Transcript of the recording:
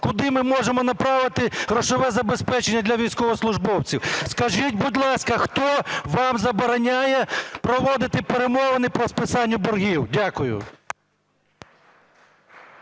куди ми можемо направити грошове забезпечення для військовослужбовців. Скажіть, будь ласка, хто вам забороняє проводити перемовини про списання боргів? Дякую.